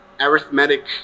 arithmetic